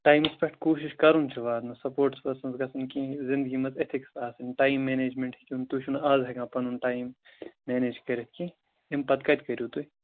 ٹایمَس پیٚٹھ کوٗشِش کَرُن چھِ واتُن سَپوٹس پٔرسَنَس گَژھِ نہٕ کِہِنٛۍ زِنٛدگی مَنٛز اِتھِکس آسٕنۍ ٹایم منیٚجمیٚنٛٹ ہیٚکِو نہٕ تُہۍ تُہۍ چھِوٕ نہٕ اَز ہیٚکان پَنُن ٹایم مینیج کٔرِتھ کیٚنٛہہ امہِ پَتہٕ کَتہِ کٔرِو تُہۍ